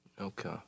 Okay